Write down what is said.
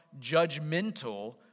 judgmental